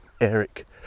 Eric